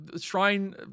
shrine